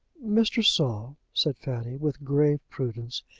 mr. saul, said fanny, with grave prudence,